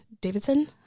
Davidson